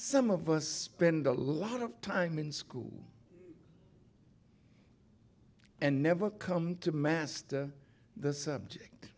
some of us spend a lot of time in school and never come to master the subject